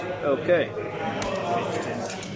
Okay